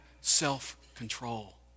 self-control